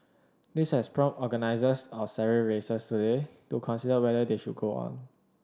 this has prompted organisers of several races today to consider whether they should go on